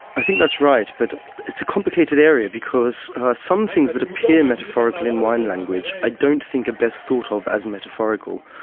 i think that's right. but it's a complicated area, because some things that appear metaphorical in wine language, i don't think are best thought of as metaphorical.